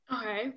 Okay